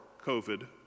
COVID